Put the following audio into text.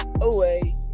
away